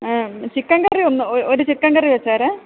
chicken curry ഒന്ന് ഓ ഒരു ചിക്കൻ കറി വെച്ചേര്